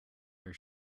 her